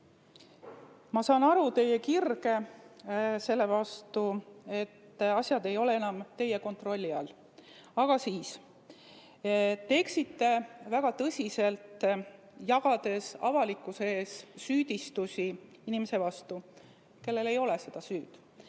Ma saan aru teie [kirglikust suhtumisest], et asjad ei ole enam teie kontrolli all. Aga te eksite väga tõsiselt, jagades avalikkuse ees süüdistusi inimese vastu, kellel ei ole seda süüd.